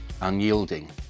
unyielding